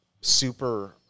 super